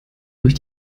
durch